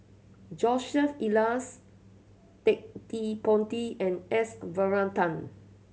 Joseph Elias Ted De Ponti and S Varathan